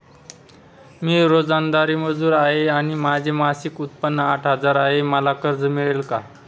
मी रोजंदारी मजूर आहे आणि माझे मासिक उत्त्पन्न आठ हजार आहे, मला कर्ज मिळेल का?